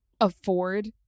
afford